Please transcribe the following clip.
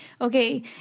okay